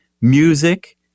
music